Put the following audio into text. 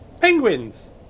penguins